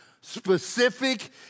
specific